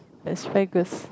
esophagus